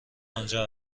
آنجا